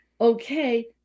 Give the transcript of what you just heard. okay